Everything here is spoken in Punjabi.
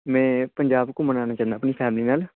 ਮੈਂ ਪੰਜਾਬ ਘੁੰਮਣ ਆਉਣਾ ਚਾਹੁੰਦਾ ਆਪਣੀ ਫੈਮਲੀ ਨਾਲ